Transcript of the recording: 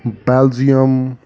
Belgium